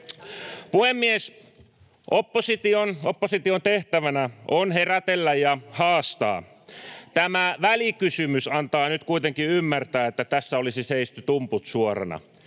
Puhemies! Opposition tehtävänä on herätellä ja haastaa. [Leena Meri: No herätkää sitten!] Tämä välikysymys antaa nyt kuitenkin ymmärtää, että tässä olisi seisty tumput suorina,